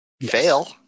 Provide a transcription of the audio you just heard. fail